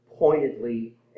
pointedly